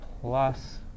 plus